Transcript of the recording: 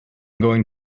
going